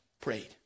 prayed